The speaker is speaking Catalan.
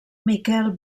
miquel